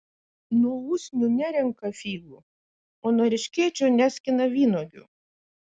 nuo usnių nerenka figų o nuo erškėčio neskina vynuogių